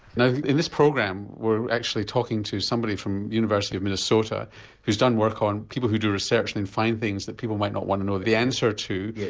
now in this program we're actually talking to somebody from the university of minnesota who's done work on people who do research and and find things that people might not want to know the answer to.